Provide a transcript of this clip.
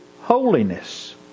holiness